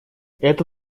это